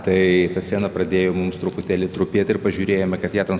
tai ta siena pradėjo mums truputėlį trupėti ir pažiūrėjome kad ją ten